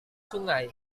sungai